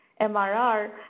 MRR